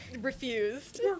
refused